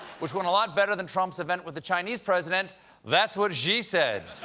which went a lot better than trump's event with the chinese president, that's what xi said.